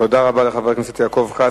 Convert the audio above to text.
תודה רבה לחבר הכנסת יעקב כץ.